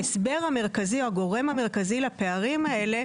הגורם המרכזי לפערים האלה,